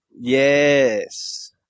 Yes